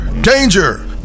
danger